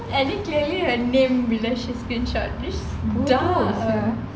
and then clearly her name when she screenshot just dumb